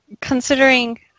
considering